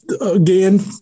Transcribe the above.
again